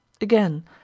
Again